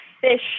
fish